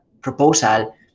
proposal